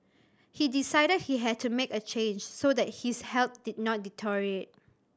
he decided he had to make a change so that his health did not deteriorate